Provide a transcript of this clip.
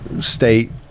state